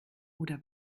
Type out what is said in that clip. oder